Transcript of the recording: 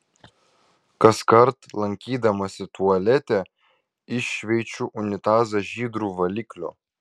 kaskart lankydamasi tualete iššveičiu unitazą žydru valikliu